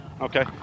Okay